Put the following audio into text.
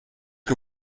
que